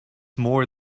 more